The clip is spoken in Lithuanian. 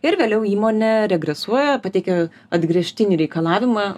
ir vėliau įmonė regresuoja pateikia atgręžtinį reikalavimą